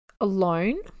alone